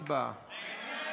הצבעה.